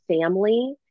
family